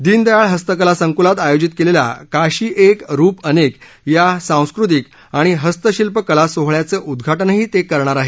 दीनदयाल हस्तकला संक्लात आयोजित केलेल्या काशी एक रुप अनेक या सांस्कृतिक आणि हस्तशिल्प कला सोहळ्याचं उद्घाटनही करणार आहेत